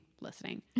listening